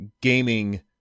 gaming